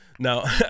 no